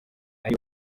ari